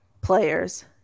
Players